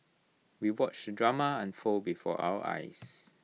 we watched drama unfold before our eyes